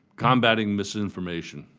combatting misinformation.